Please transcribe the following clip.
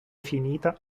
finita